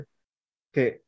okay